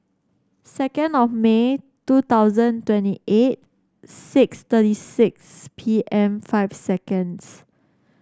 second of May two thousand twenty eight six thirty six P M five seconds